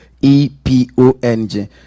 e-p-o-n-g